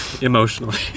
emotionally